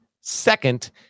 second